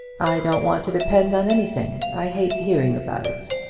i don't want to depend on anything. i hate hearing about it.